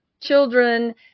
children